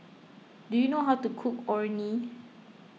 do you know how to cook Orh Nee